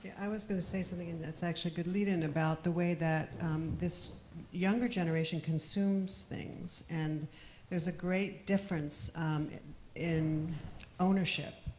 i was going to say something, and that's actually a good lead-in about the way that this younger generation consumes things, and there's a great difference in ownership,